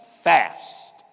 fast